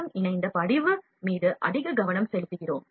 M இணைந்த படிவு மீது அதிக கவனம் செலுத்துகிறோம்